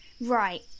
Right